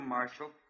Marshal